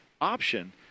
option